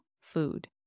food